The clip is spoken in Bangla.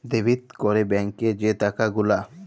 ডেবিট ক্যরে ব্যাংকে যে টাকা গুলা